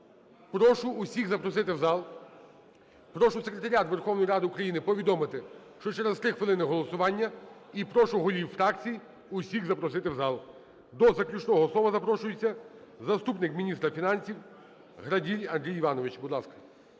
Прошу усіх запросити в зал. Прошу Секретаріат Верховної Ради України повідомити, що через 3 хвилини голосування. І прошу голів фракцій усіх запросити в зал. До заключного слова запрошується заступник міністра фінансів Граділь Андрій Іванович,